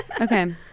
Okay